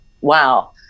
wow